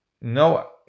no